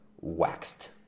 waxed